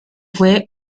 fue